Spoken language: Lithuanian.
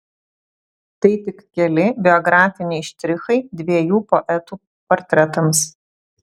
tai tik keli biografiniai štrichai dviejų poetų portretams